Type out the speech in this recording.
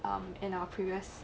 um in our previous